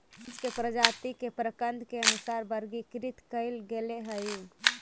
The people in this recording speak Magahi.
बांस के प्रजाती के प्रकन्द के अनुसार वर्गीकृत कईल गेले हई